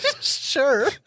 Sure